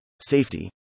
safety